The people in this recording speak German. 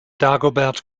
dagobert